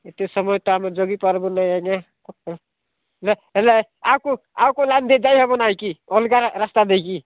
ଏତେ ସମୟ ତ ଆମେ ଜଗି ପାରିବୁ ନାହିଁ ଆଜ୍ଞା ହେଲେ ହେଲେ ଆଉ କେଉଁ ଆଉ କେଉଁ ଲାଇନ୍ ଦେଇ ଯାଇହେବ ନାହିଁ କି ଅଲଗା ରାସ୍ତା ଦେଇକରି